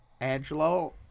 Angelo